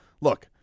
Look